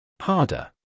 Harder